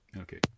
okay